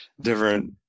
different